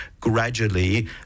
gradually